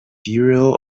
bureau